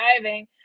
driving